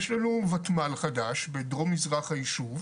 יש לנו ותמ"ל חדש בדרום מזרח הישוב.